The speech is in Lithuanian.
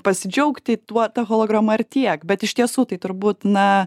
pasidžiaugti tuo ta holograma ar tiek bet iš tiesų tai turbūt na